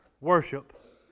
worship